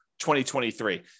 2023